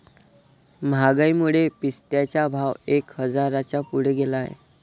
महागाईमुळे पिस्त्याचा भाव एक हजाराच्या पुढे गेला आहे